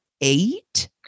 eight